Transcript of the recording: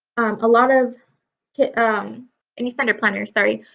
a lot of um any standard planner, sorry.